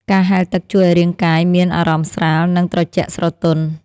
ការហែលទឹកជួយឱ្យរាងកាយមានអារម្មណ៍ស្រាល និងត្រជាក់ស្រទន់។